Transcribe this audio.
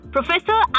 Professor